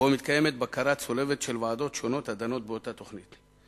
שבו מתקיימת בקרה צולבת של ועדות שונות הדנות באותה תוכנית.